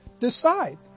decide